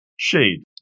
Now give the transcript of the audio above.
Shade